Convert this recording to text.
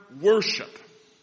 worship